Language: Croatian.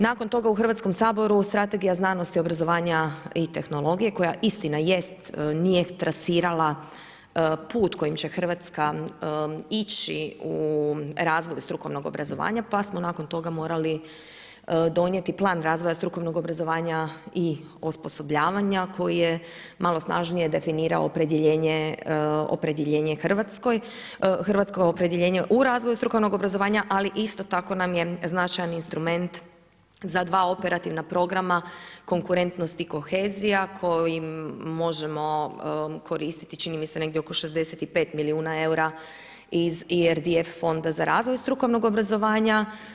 Nakon toga u Hrvatskom saboru Strategija znanosti, obrazovanja i tehnologije koja istina jest nije trasirala put kojim će Hrvatska ići u razvoj strukovnog obrazovanja, pa smo nakon toga morali donijeti Plan razvoja strukovnog obrazovanja i osposobljavanja koji je malo snažnije definirao opredjeljenje Hrvatske, opredjeljenje u razvoj strukovnog obrazovanja ali isto tako nam je značajan instrument za dva operativna programa Konkurentnost i kohezija kojim možemo koristiti čini mi se negdje oko 65 milijuna eura iz IRDF fonda za razvoj strukovnog obrazovanja.